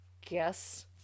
Guess